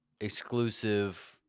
exclusive